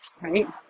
right